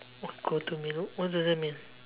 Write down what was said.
go to meal what does that mean